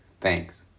Thanks